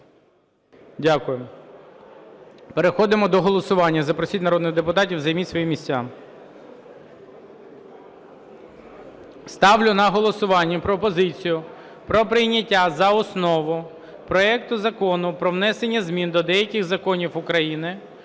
Дякую. Переходимо до голосування. Запросіть народних депутатів. Займіть свої місця. Ставлю на голосування пропозицію про прийняття за основу проекту Закону про внесення змін до деяких законів України